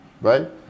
right